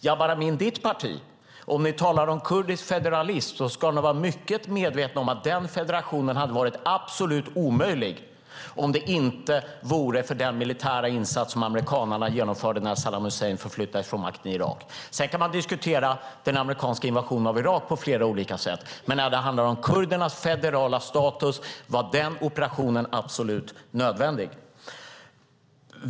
Om ni i ditt parti, Jabar Amin, talar om kurdisk federalism ska ni vara mycket medvetna om att den federationen hade varit absolut omöjlig om det inte vore för den militära insats som amerikanerna genomförde när Saddam Hussein förflyttades från makten i Irak. Sedan kan man diskutera den amerikanska invasionen av Irak på flera olika sätt, men när det handlar om kurdernas federala status var den operationen absolut nödvändig.